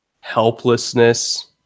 helplessness